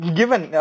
given